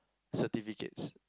certificates